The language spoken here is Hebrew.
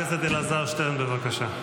חבר הכנסת אלעזר שטרן, בבקשה.